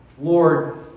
Lord